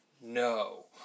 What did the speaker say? No